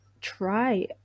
try